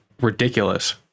ridiculous